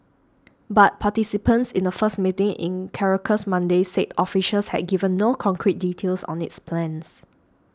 but participants in a first meeting in Caracas Monday said officials had given no concrete details on its plans